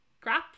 crap